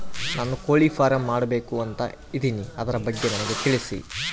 ನಾನು ಕೋಳಿ ಫಾರಂ ಮಾಡಬೇಕು ಅಂತ ಇದಿನಿ ಅದರ ಬಗ್ಗೆ ನನಗೆ ತಿಳಿಸಿ?